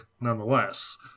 nonetheless